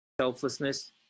selflessness